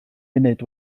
munud